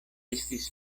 estis